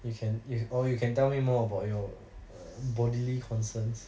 you can you or you can tell me more about your err bodily concerns